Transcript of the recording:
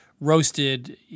Roasted